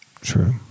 true